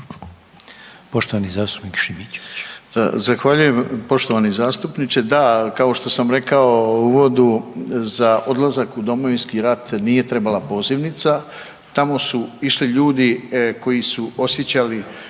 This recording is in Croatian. Poštovani zastupnik Šimičević.